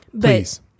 Please